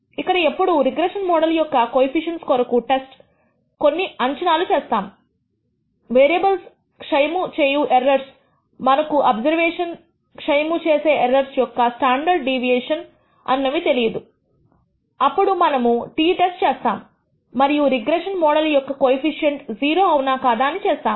ఇక్కడ ఎప్పుడు regression model యొక్క కోయిఫీషీయంట్స్ కొరకు టెస్ట్ కొన్ని అంచనాలు చేస్తాము వేరియబుల్ క్షయము చేయు ఎర్రర్స్ మనకు అబ్సర్వేషన్స్ క్షయము చేసే ఎర్రర్స్ యొక్క స్టాండర్డ్ డీవియేషన్ అనునవి తెలియదు అప్పుడు మనము t టెస్ట్ చేస్తాము మరియు రిగ్రెషన్ మోడల్ యొక్క కోయిఫీషీయంట్ 0 అవునా కాదా అని చేస్తాము